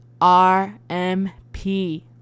R-M-P